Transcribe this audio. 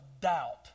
doubt